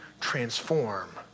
transform